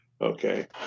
Okay